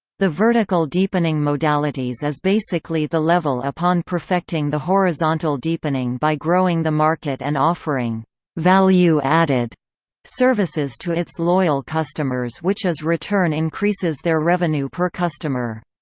the vertical deepening modalities is basically the level upon perfecting the horizontal deepening by growing the market and offering value added services to its loyal customers which is return increases their revenue per customer.